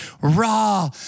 raw